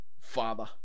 father